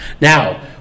Now